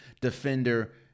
Defender